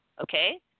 Okay